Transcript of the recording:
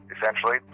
Essentially